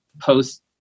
post